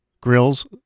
Grills